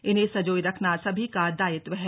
इन्हें संजोये रखना सभी का दायित्व है